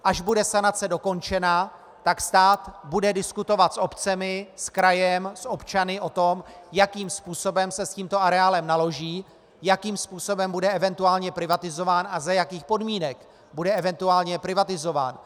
Až bude sanace dokončena, tak stát bude diskutovat s obcemi, s krajem, s občany o tom, jakým způsobem se s tímto areálem naloží, jakým způsobem bude eventuálně privatizován a za jakých podmínek bude eventuálně privatizován.